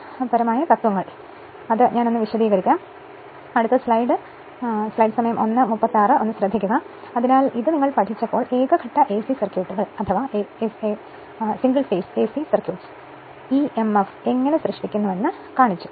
ഇവിടെ എഴുതിയിരിക്കുന്ന കാര്യങ്ങൾ ഞാൻ ഒന്ന് വിശദീകരിക്കാം അതിനാൽ നിങ്ങൾ അത് പഠിച്ചപ്പോൾ ഏക ഘട്ട എസി സർക്യൂട്ടുകൾ ഇഎംഎഫ് എങ്ങനെ സൃഷ്ടിക്കപ്പെടുന്നുവെന്ന് കാണിച്ചു